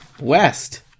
West